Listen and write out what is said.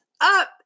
up